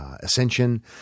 ascension